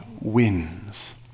wins